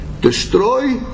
Destroy